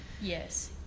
yes